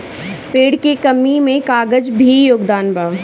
पेड़ के कमी में कागज के भी योगदान बा